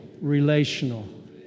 relational